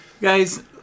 Guys